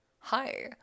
hi